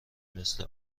مثل